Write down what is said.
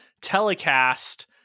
telecast